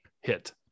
hit